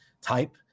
type